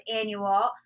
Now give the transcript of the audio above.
annual